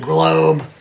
Globe